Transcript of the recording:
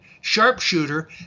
sharpshooter